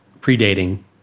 predating